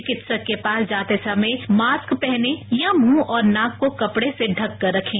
चिकित्सक के पास जाते समय मास्क पहने या मुंह और नाक को कपड़े से ढककर रखें